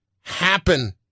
happen